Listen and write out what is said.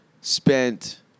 spent